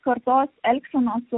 kartos elgsenos